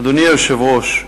אדוני היושב-ראש,